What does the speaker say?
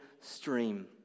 stream